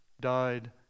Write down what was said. died